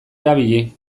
erabili